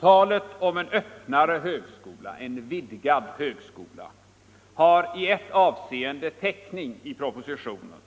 Talet om en öppnare högskola, en vidgad högskola, har i ett avseende täckning i propositionen,